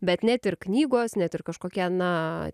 bet net ir knygos net ir kažkokie na